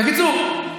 בקיצור,